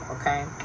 Okay